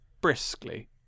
briskly